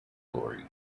glory